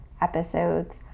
episodes